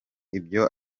ibyo